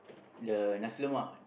the nasi-lemak